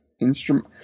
instrument